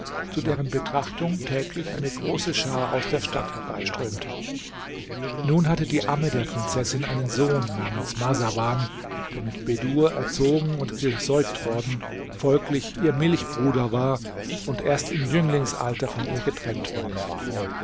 zu deren betrachtung täglich eine große schar aus der stadt herbeiströmte nun hatte die amme der prinzessin einen sohn namens marsawan der mit bedur erzogen und gesäugt worden folglich ihr milchbruder war und erst im jünglingsalter von ihr getrennt worden war